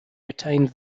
retained